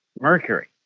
Mercury